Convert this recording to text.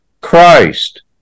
Christ